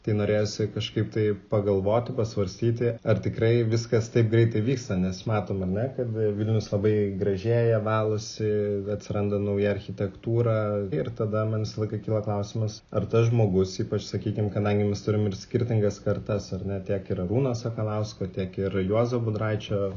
tai norėjosi kažkaip tai pagalvoti pasvarstyti ar tikrai viskas taip greitai vyksta nes matom ar ne kad vilnius labai gražėja valosi atsiranda nauja architektūra ir tada man visą laiką kyla klausimas ar tas žmogus ypač sakykim kadangi mes turim ir skirtingas kartas ar ne tiek ir arūno sakalausko tiek ir juozo budraičio